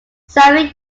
seven